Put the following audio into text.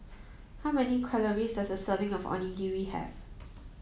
how many calories does a serving of Onigiri have